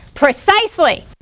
Precisely